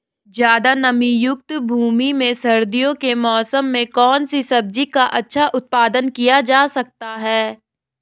ज़्यादा नमीयुक्त भूमि में सर्दियों के मौसम में कौन सी सब्जी का अच्छा उत्पादन किया जा सकता है?